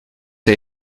hij